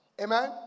Amen